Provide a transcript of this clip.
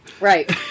Right